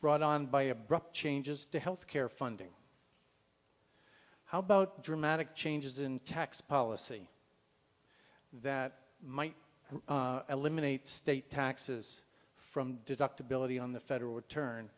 brought on by a broad changes to health care funding how about dramatic changes in tax policy that might eliminate state taxes from deductibility on the federal return